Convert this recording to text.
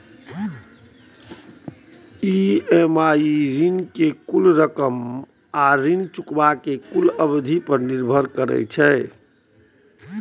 EMI ऋण के कुल रकम आ ऋण चुकाबै के कुल अवधि पर निर्भर करै छै